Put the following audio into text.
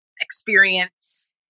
experience